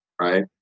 Right